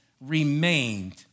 remained